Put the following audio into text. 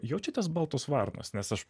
jaučiatės baltos varnos nes aš